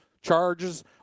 charges